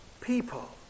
people